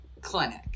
Clinic